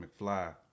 McFly